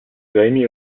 grammy